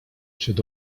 przed